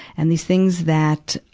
and these things that,